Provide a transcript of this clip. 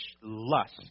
lust